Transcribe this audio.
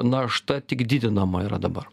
našta tik didinama yra dabar